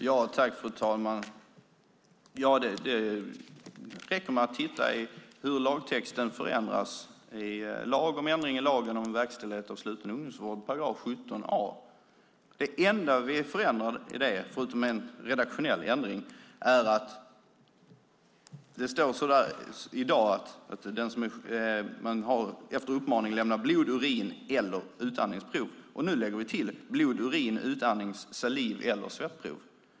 Fru talman! Det räcker att läsa texten i förslaget till ändring i lagen om verkställighet av sluten ungdomsvård, 17 a §. Vi gör en enda ändring, förutom en redaktionell ändring. Det står i dag att man har efter uppmaning att lämna blod-, urin eller utandningsprov. Nu lägger vi till saliv eller svettprov.